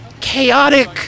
chaotic